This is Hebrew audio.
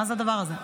מה זה הדבר הזה?